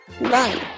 Run